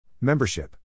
Membership